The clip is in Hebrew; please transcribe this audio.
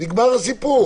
נגמר הסיפור.